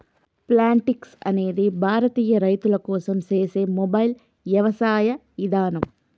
Plantix అనేది భారతీయ రైతుల కోసం సేసే మొబైల్ యవసాయ ఇదానం